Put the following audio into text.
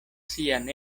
sian